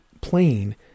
plane